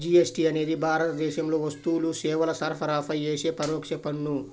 GST అనేది భారతదేశంలో వస్తువులు, సేవల సరఫరాపై యేసే పరోక్ష పన్ను